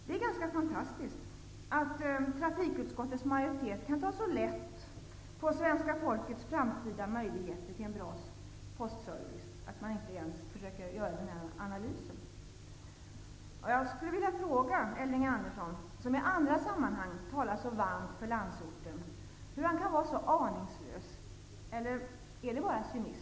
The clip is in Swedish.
Det är ganska fantastiskt att trafikutskottets majoritet kan ta så lätt på svenska folkets framtida möjligheter till en bra postservice att man inte ens försöker göra denna analys. Hur kan Elving Andersson, som i andra sammanhang talar så varmt för landsorten, vara så aningslös, eller är det bara cynism?